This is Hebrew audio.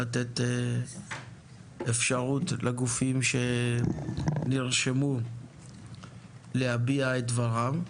לתת אפשרות לגופים שנרשמו להביע את דברם.